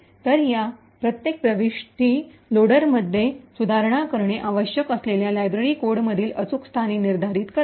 म्हणून या प्रत्येक प्रविष्टी लोडरमध्ये सुधारणा करणे आवश्यक असलेल्या लायब्ररी कोडमधील अचूक स्थान निर्धारित करते